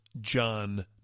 John